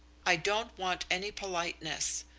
i don't want any politeness.